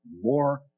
more